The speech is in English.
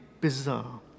bizarre